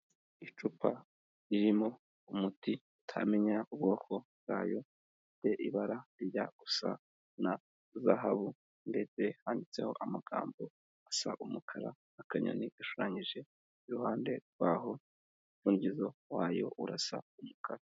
Icupa ririmo umuti utamenya ubwoko bwayo, rifite ibara rijya gusa na zahabu, ndetse handitseho amagambo asa umukara, akanyoni gashushanyije iruhande rwaho, umupfundikizo wayo urasa umukara.